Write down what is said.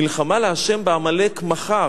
"מלחמה לה' בעמלק מחר".